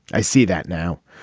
i see that now.